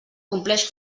compleix